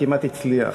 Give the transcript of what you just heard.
וכמעט הצליח.